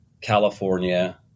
California